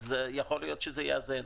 אז יכול להיות שזה יאזן.